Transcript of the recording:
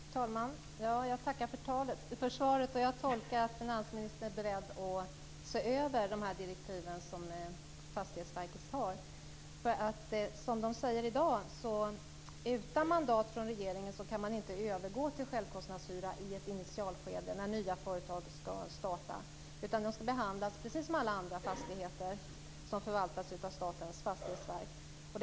Fru talman! Jag tackar för svaret, och jag tolkar att finansministern är beredd att se över Statens fastighetsverks direktiv. I dag säger man att man utan mandat från regeringen inte kan övergå till självkostnadshyra i ett initialskede när nya företag ska starta utan att dessa fastigheter ska behandlas precis som alla andra fastigheter som förvaltas av Statens fastighetsverk.